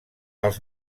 als